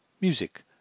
Music